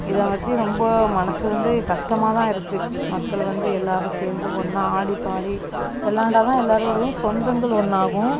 இதை நினச்சி ரொம்ப மனசு வந்து கஸ்டமாக தான் இருக்கு மக்கள் வந்து எல்லாரும் சேர்ந்து ஒன்னாக ஆடிப்பாடி விளாண்டா தான் எல்லாரோடையும் சொந்தங்கள் ஒன்றாகும்